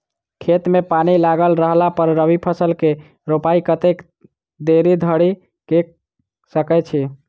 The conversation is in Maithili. खेत मे पानि लागल रहला पर रबी फसल केँ रोपाइ कतेक देरी धरि कऽ सकै छी?